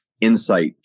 insight